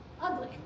ugly